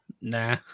Nah